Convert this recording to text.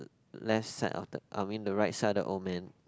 left side of the I mean the right side the old man